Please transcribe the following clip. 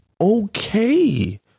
okay